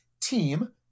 team